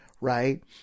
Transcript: Right